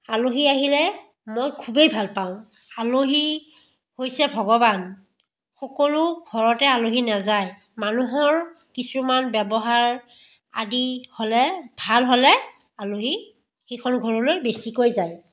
আলহী আহিলে মই খুবেই ভাল পাওঁ আলহী হৈছে ভগৱান সকলো ঘৰতে আলহী নাযায় মানুহৰ কিছুমান ব্যৱহাৰ আদি হ'লে ভাল হ'লে আলহী সেইখন ঘৰলৈ বেছিকৈ যায়